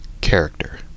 character